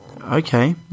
okay